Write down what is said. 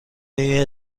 این